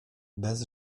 bez